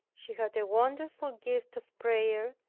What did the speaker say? she had a wonderful gift of prayer,